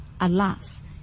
Alas